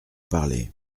parler